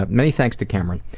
but many thanks to cameron.